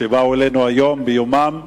שבאו אלינו היום ביומם,